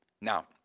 Now